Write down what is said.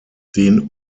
den